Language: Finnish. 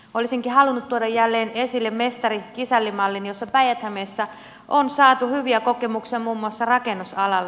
olisinkin halunnut tuoda jälleen esille mestarikisälli mallin josta päijät hämeessä on saatu hyviä kokemuksia muun muassa rakennusalalla